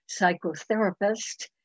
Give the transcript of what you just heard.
psychotherapist